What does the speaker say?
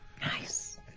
Nice